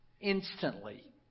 instantly